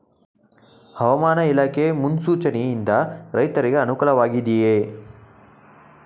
ಹವಾಮಾನ ಇಲಾಖೆ ಮುನ್ಸೂಚನೆ ಯಿಂದ ರೈತರಿಗೆ ಅನುಕೂಲ ವಾಗಿದೆಯೇ?